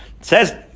says